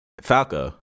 Falco